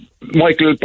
Michael